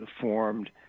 formed